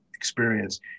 experience